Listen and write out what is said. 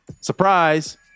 Surprise